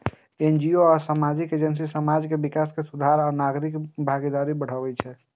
NGO आ सामाजिक agency समाज के विकास, सुधार आ नागरिक भागीदारी बढ़ाबै छै